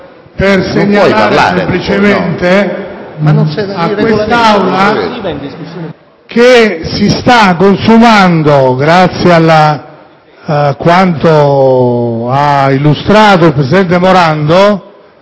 per segnalare semplicemente all'Aula che si sta consumando, grazie a quanto illustrato dal presidente della